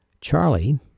Charlie